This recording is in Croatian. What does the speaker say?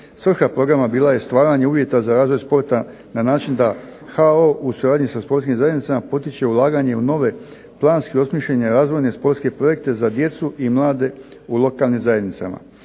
Svrha programa bila je stvaranje uvjeta za razvoj sporta na način da HO u suradnji sa sportskim zajednicama potiče ulaganje u nove planske i osmišljene razvojne sportske projekte za djecu i mlade u lokalnim zajednicama.